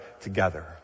together